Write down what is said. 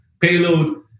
payload